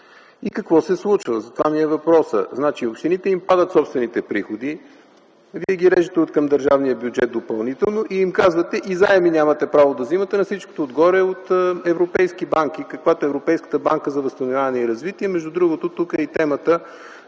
И какво се случва? За това ми е въпросът. Значи, на общините падат собствените приходи, вие ги режете откъм държавния бюджет допълнително и им казвате: и заеми нямате право да вземате, на всичкото отгоре, от европейски банки, каквато е Европейската банка за възстановяване и развитие. Между другото, тук е и темата